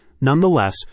Nonetheless